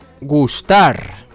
Gustar